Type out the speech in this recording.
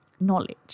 knowledge